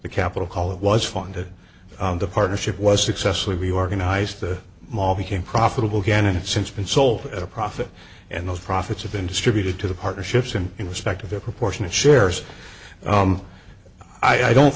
the capital call it was funded on the partnership was successfully reorganized the mall became profitable again and since been sold at a profit and those profits have been distributed to the partnerships and in respect of their proportion of shares i don't